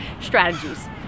strategies